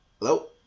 Hello